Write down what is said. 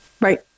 Right